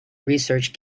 research